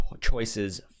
choices